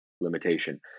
limitation